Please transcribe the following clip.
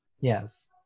Yes